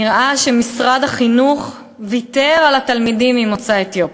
נראה שמשרד החינוך ויתר על התלמידים ממוצא אתיופי.